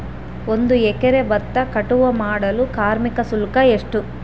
ಒಂದು ಎಕರೆ ಭತ್ತ ಕಟಾವ್ ಮಾಡಲು ಕಾರ್ಮಿಕ ಶುಲ್ಕ ಎಷ್ಟು?